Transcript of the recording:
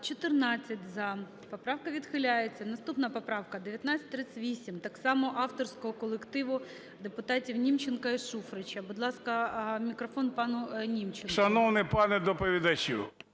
За-14 Поправка відхиляється. Наступна поправка 1938, так само авторського колективу депутатів Німченка і Шуфрича. Будь ласка, мікрофон пану Німченку. 16:40:18 НІМЧЕНКО